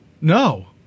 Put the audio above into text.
No